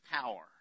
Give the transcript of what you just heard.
power